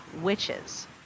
witches